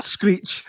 Screech